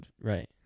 right